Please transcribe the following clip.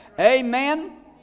Amen